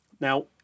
now